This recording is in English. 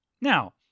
Now